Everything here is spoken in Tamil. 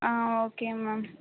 ah okay ma'am